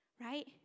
Right